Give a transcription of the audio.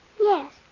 Yes